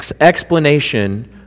explanation